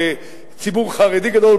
וציבור חרדי גדול.